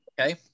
okay